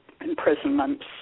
imprisonments